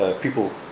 people